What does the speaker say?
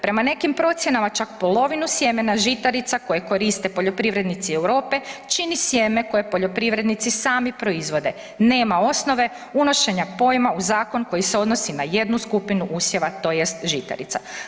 Prema nekim procjenama čak polovinu sjemena žitarica koje koriste poljoprivrednici Europe čini sjeme koje poljoprivrednici sami proizvode, nema osnove unošenja pojma u zakon koji se odnosi na jednu skupinu usjeva tj. žitarica.